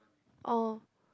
oh